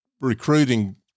recruiting